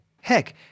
heck